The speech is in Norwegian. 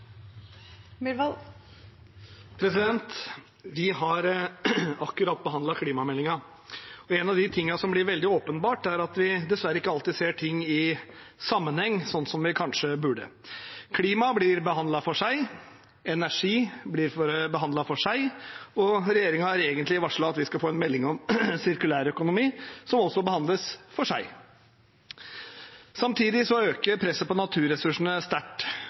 Vi har akkurat behandlet klimameldingen. Noe som har blitt veldig åpenbart, er at vi dessverre ikke alltid ser ting i sammenheng, slik vi kanskje burde. Klima blir behandlet for seg, energi blir behandlet for seg, og regjeringen har egentlig varslet at vi skal få en melding om sirkulær økonomi, som også behandles for seg. Samtidig øker presset på naturressursene sterkt.